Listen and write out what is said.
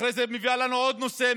אחרי זה היא מביאה לנו עוד נושא,